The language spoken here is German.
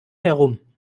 herum